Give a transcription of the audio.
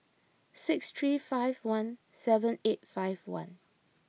six three five one seven eight five one